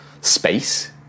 space